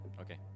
Okay